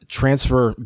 transfer